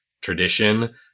tradition